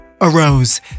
arose